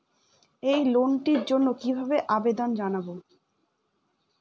এই লোনটির জন্য কিভাবে আবেদন জানাবো?